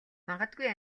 магадгүй